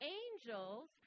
angels